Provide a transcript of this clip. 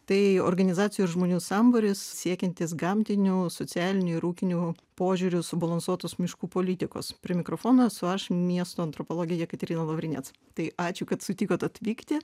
tai organizacijų ir žmonių sambūris siekiantis gamtinių socialinių ir ūkinių požiūriu subalansuotus miškų politikos prie mikrofono esu aš miesto antropologė jekaterina lavrinec tai ačiū kad sutikot atvykti